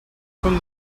from